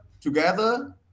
together